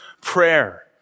prayer